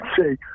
say